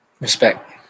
Respect